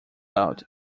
out